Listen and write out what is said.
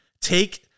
take